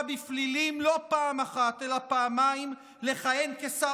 בפלילים לא פעם אחת אלא פעמיים לכהן כשר